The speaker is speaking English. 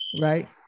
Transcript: right